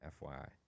FYI